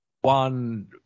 one